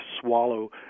swallow